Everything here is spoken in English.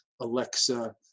Alexa